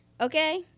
Okay